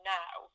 now